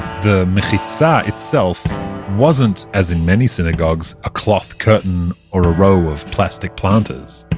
the mechitzah itself wasn't, as in many synagogues, a cloth curtain or a row of plastic planters.